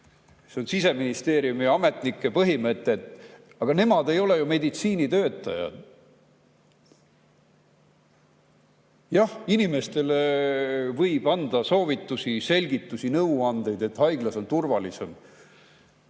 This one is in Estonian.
see on Siseministeeriumi ametnike põhimõte. Aga nemad ei ole ju meditsiinitöötajad. Jah, inimestele võib anda soovitusi, selgitusi ja nõuandeid, et haiglas on turvalisem,